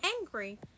angry